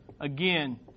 again